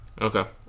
Okay